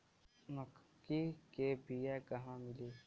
मक्कई के बिया क़हवा मिली?